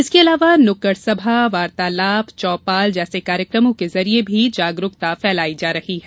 इसके अलावा नुक्कड़ सभा वार्तालाप चौपाल जैसे कार्यक्रमों के जरिए भी जागरूकता फैलाई जा रही है